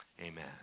amen